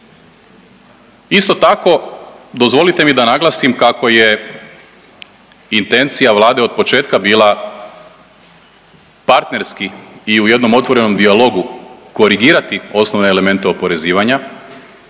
Isto tako, dozvolite mi da naglasim kako je intencija Vlade od početka bila partnerski i u jednom otvorenom dijalogu korigirati osnovne elemente oporezivanja